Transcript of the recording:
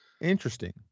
Interesting